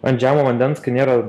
ant žemo vandens kai nėra